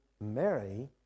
Mary